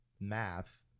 math